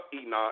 Enoch